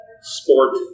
sport